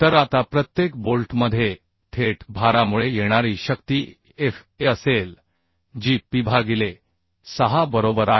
तर आता प्रत्येक बोल्टमध्ये थेट भारामुळे येणारी शक्ती Fa असेल जी Pभागिले 6 बरोबर आहे